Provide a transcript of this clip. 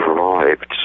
arrived